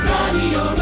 Radio